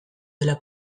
dela